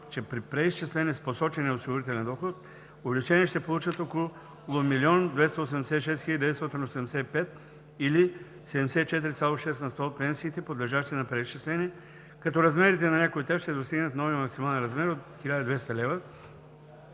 че при преизчисление с посочения осигурителен доход увеличение ще получат около 1 286 985 или 74,6 на сто от пенсиите, подлежащи на преизчисление, като размерите на някои от тях ще достигнат новия максимален размер от 1200 лв.